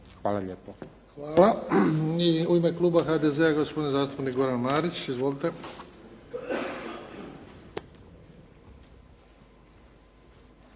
Luka (HDZ)** Hvala. I u ime kluba HDZ-a, gospodin zastupnik Goran Marić. Izvolite.